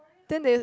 then they